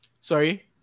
Sorry